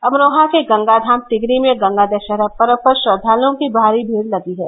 अमरोहा के गंगाधाम तिगरी में गंगा दषहरा पर्व पर श्रद्धालुओं की भारी भीड़ लगी है